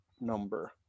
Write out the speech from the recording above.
number